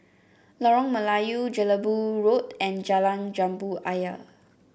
Lorong Melayu Jelebu Road and Jalan Jambu Ayer